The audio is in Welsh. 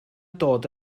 dod